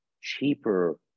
cheaper